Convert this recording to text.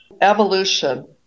evolution